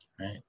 Right